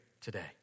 today